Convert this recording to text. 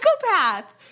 psychopath